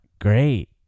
great